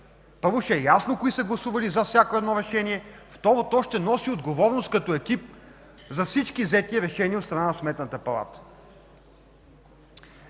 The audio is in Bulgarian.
Първо, ще е ясно кои са гласували за всяко едно решение, второ, то ще носи отговорност като екип за всички взети решения от страна на Сметната палата.